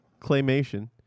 claymation